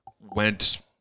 went